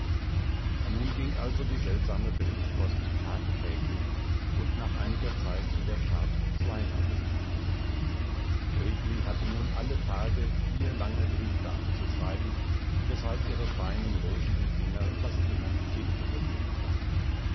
nun ging also die seltsame briefpost tagtäglich und nach einiger zeit in der tat zweimal des tages gritli hatte nun alle tage vier lange briefe abzuschreiben weshalb ihre feinen rosigen finger fast immer mit tinte befleckt waren